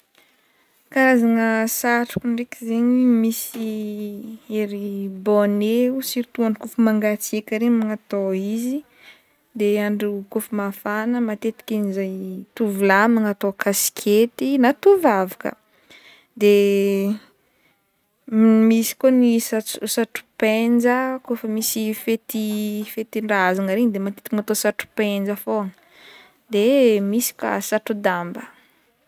Karazagna satroka ndraiky zegny misy ery bonnet o, surtout andro koa efa mangatsika regny magnato izy de andro koa efa mafana matetiky tovolahy magnato kaskety na tovovavy ka de misy koa ny satropenja koa efa misy fetindrazagna regny de matetika magnato satropenja fo de misy ka satrodamba.